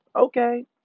Okay